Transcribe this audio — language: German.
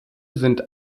sind